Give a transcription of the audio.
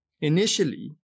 Initially